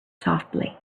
softly